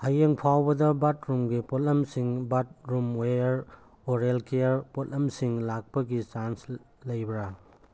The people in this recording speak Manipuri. ꯍꯌꯦꯡ ꯐꯥꯎꯕꯗ ꯕꯥꯠꯔꯨꯝꯒꯤ ꯄꯣꯠꯂꯝꯁꯤꯡ ꯕꯥꯠꯔꯨꯝ ꯋꯦꯌꯥꯔ ꯑꯣꯔꯦꯜ ꯀꯤꯌꯥꯔ ꯄꯣꯠꯂꯝꯁꯤꯡ ꯂꯥꯛꯄꯒꯤ ꯆꯥꯟꯁ ꯂꯩꯕ꯭ꯔꯥ